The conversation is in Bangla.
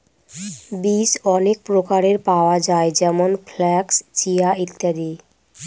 বীজ অনেক প্রকারের পাওয়া যায় যেমন ফ্লাক্স, চিয়া, ইত্যাদি